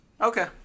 Okay